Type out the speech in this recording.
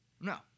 No